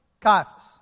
Caiaphas